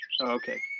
Okay